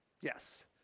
Yes